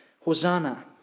Hosanna